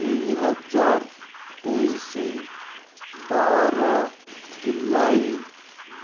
ଦୁଇ ହଜାର ତେଇଶ ବାର ଜୁଲାଇ